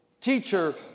Teacher